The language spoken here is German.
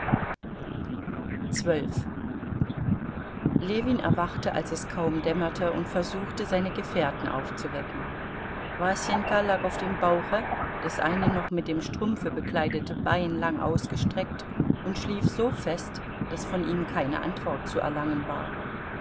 ljewin erwachte als es kaum dämmerte und versuchte seine gefährten aufzuwecken wasenka lag auf dem bauche das eine noch mit dem strumpfe bekleidete bein lang ausgestreckt und schlief so fest daß von ihm keine antwort zu erlangen war